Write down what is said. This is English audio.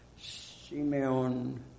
Simeon